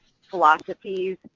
philosophies